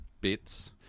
bits